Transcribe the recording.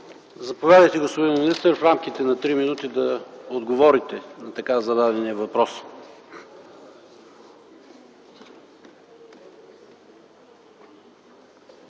Заповядайте, господин министър, в рамките на 3 минути да отговорите на поставените въпроси.